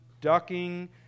ducking